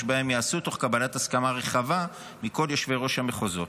בהם ייעשו תוך קבלת הסכמה רחבה מכל יושבי-ראש המחוזות.